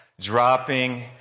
dropping